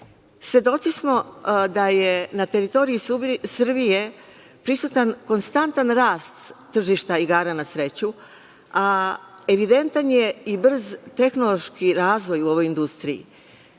Svedoci smo da je na teritoriji Srbije prisutan konstantan rast tržišta igara na sreću, a evidentan je i brz tehnološki razvoj u ovoj industriji,